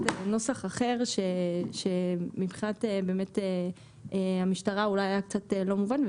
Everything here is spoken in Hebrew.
נוסח אחר שמבחינת המשטרה הוא אולי היה קצת לא מובן,